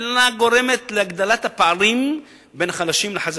אלא גורמת להגדלת הפערים בין החלשים לחזקים.